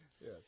Yes